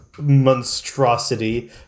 monstrosity